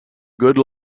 good